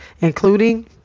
including